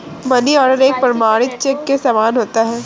money order एक प्रमाणिक cheque के समान होता है